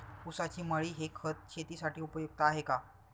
ऊसाची मळी हे खत शेतीसाठी उपयुक्त आहे का?